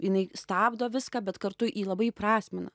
jinai stabdo viską bet kartu ji labai įprasmina